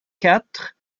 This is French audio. quatre